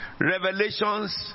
Revelations